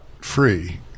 free